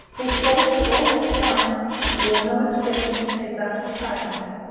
his face all this time wore no expression save that of tiredness.